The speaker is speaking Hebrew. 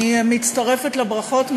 אני מצטרפת לברכות.